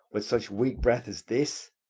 with such weak breath as this?